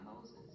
Moses